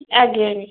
ଆଜ୍ଞା ଆଜ୍ଞା